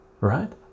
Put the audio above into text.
right